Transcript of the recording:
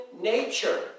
nature